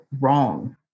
wrong